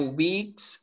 weeks